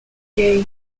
gay